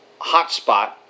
hotspot